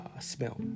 smell